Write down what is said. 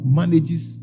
manages